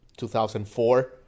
2004